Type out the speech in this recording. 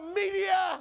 media